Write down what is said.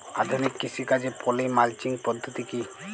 আধুনিক কৃষিকাজে poly mulching পদ্ধতি কি?